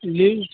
लियू